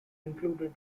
included